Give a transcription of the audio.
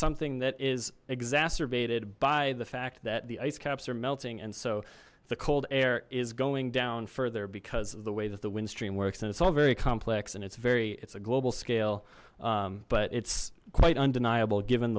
something that is exacerbated by the fact that the ice caps are melting and so the cold air is going down further because of the way that the wind stream works and it's all very complex and it's very it's a global scale but it's quite undeniable given